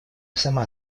сама